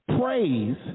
Praise